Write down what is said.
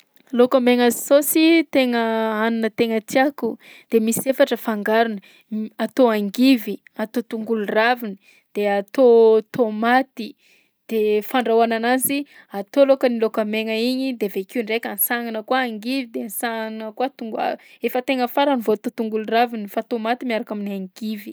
Laoka maigna saosy tegna hanina tegna tiako de misy efatra fangarony: m- atao angivy, atao tongolo raviny de atao tômaty. De fandrahoana ananzy atao alohaka ny laoka maigna igny de avy akeo ndraika ansanana koa angivy de ansanana koa tongo- efa tegna farany vao atao tongolo raviny fa tômaty miaraka amin'ny angivy.